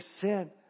sin